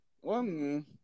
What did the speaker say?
One